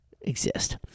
exist